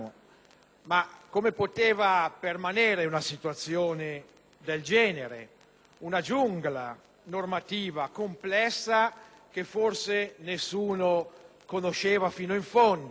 Come poteva permanere una situazione del genere, una giungla normativa complessa, che forse nessuno conosceva fino in fondo?